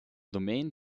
domaine